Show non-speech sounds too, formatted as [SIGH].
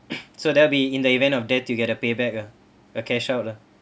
[NOISE] so there will be in the event of death to get a payback ah a cash out ah